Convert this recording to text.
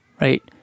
right